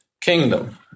kingdom